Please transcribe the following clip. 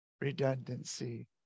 redundancy